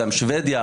גם שבדיה,